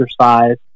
exercise